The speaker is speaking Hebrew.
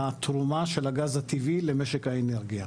התרומה של הגז הטבעי למשק האנרגיה.